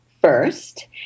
first